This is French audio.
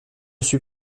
suis